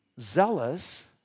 zealous